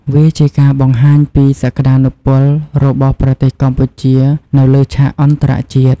វាជាការបង្ហាញពីសក្តានុពលរបស់ប្រទេសកម្ពុជានៅលើឆាកអន្តរជាតិ។